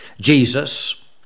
Jesus